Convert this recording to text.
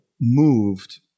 moved